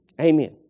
Amen